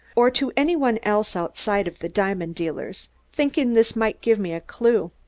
or to any one else outside of the diamond dealers, thinking this might give me a clew.